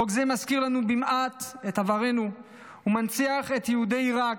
חוק זה מזכיר לנו במעט את עברנו ומנציח את יהודי עיראק,